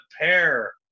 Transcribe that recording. pair